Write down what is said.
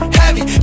heavy